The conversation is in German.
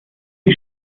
sie